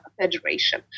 Federation